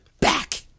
back